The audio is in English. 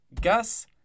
Gus